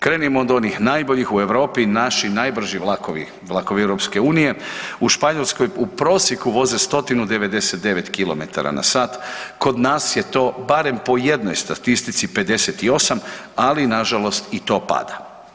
Krenimo od onih najboljih u Europi, naši najbrži vlakovi, vlakovi EU, u Španjolskoj u prosjeku voze 199 km/h, kod nas je to, barem po jednoj statistici, 58, ali nažalost i to pada.